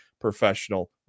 professional